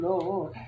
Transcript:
Lord